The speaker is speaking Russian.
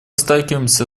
сталкиваемся